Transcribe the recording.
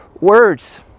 words